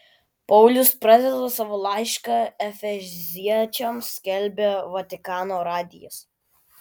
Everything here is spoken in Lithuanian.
paulius pradeda savo laišką efeziečiams skelbia vatikano radijas